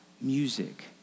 music